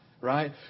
Right